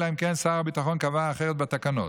אלא אם כן שר הביטחון קבע אחרת בתקנות.